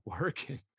working